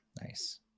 Nice